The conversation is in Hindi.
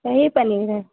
सही पनीर है